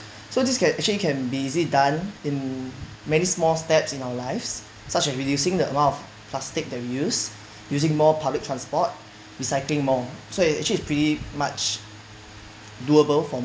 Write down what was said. so this can actually can be easily done in many small steps in our lives such as reducing the amount of plastic that we use using more public transport recycling more so it actually is pretty much doable for